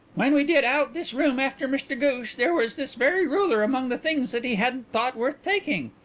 when we did out this room after mr ghoosh, there was this very ruler among the things that he hadn't thought worth taking.